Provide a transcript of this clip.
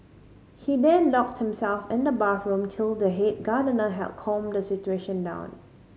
he then locked himself in the bathroom till the head gardener had calmed the situation down